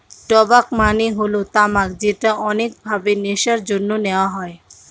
টবাক মানে হল তামাক যেটা অনেক ভাবে নেশার জন্যে নেওয়া হয়